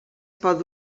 pot